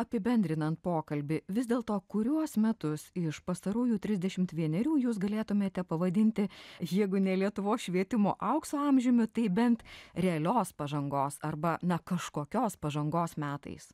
apibendrinant pokalbį vis dėlto kuriuos metus iš pastarųjų trisdešim vienerių jūs galėtumėte pavadinti jeigu ne lietuvos švietimo aukso amžiumi tai bent realios pažangos arba na kažkokios pažangos metais